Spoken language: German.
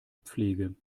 pflege